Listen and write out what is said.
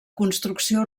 construcció